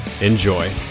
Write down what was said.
Enjoy